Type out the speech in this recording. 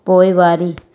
पोइवारी